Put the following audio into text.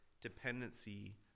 dependency